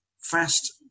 fast